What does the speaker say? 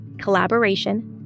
collaboration